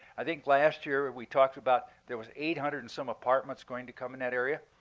i think last year we talked about there was eight hundred and some apartments going to come in that area.